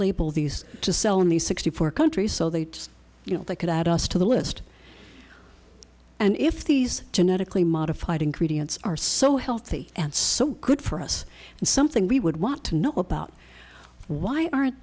label these to sell in the sixty four countries so they just you know they could add us to the list and if these genetically modified ingredients are so healthy and so good for us and something we would want to know about why aren't